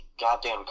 goddamn